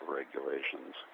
regulations